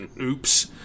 Oops